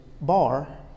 bar